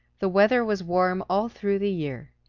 the weather was warm all through the year.